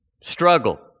struggle